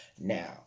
Now